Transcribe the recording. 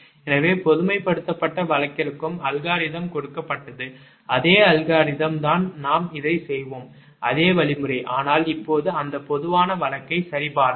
எனவே பொதுமைப்படுத்தப்பட்ட வழக்கிற்கும் அல்காரிதம் கொடுக்கப்படாது அதே அல்காரிதம் தான் நாம் இதைச் செய்வோம் அதே வழிமுறை ஆனால் இப்போது அந்த பொதுவான வழக்கை சரி பார்ப்போம்